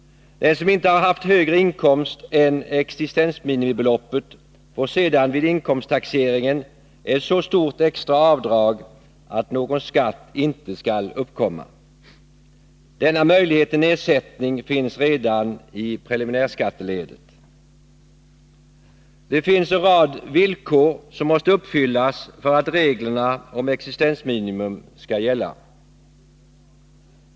Den som inte har haft högre inkomst än som motsvaras av existensminimumbeloppet får sedan vid inkomsttaxeringen ett så stort extra avdrag att någon skatt inte skall uppkomma. Denna möjlighet till nedsättning finns redan i preliminärskatteledet. Det finns en rad villkor som måste uppfyllas för att reglerna om existensminimum skall gälla.